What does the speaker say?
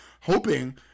hoping